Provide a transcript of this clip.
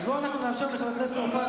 אז בוא נאפשר לחבר הכנסת מופז